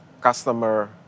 customer